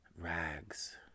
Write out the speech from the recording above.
rags